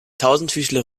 tausendfüßler